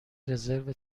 رزرو